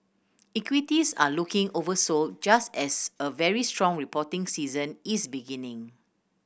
equities are looking oversold just as a very strong reporting season is beginning